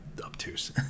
obtuse